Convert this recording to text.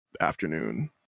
afternoon